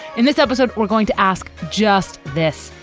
in this episode, we're going to ask just this.